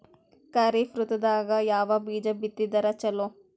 ಖರೀಫ್ ಋತದಾಗ ಯಾವ ಬೀಜ ಬಿತ್ತದರ ಚಲೋ?